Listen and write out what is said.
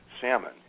salmon